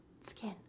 skin